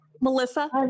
Melissa